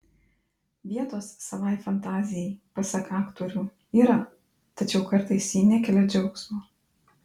vietos savai fantazijai pasak aktorių yra tačiau kartais ji nekelia džiaugsmo